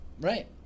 right